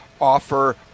offer